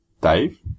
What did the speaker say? Dave